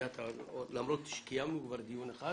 למרות שכבר קיימנו דיון אחד,